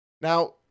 Now